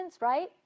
right